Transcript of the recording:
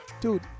Dude